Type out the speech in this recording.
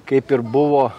kaip ir buvo